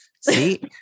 see